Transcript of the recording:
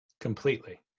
Completely